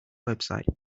website